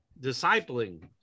discipling